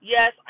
Yes